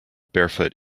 barefoot